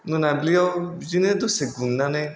मोनाबिलियाव बिदिनो दसे गुमनानै